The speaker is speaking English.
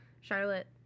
Charlotte